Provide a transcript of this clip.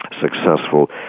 successful